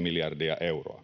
miljardia euroa.